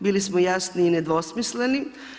Bili smo jasni i nedvosmisleni.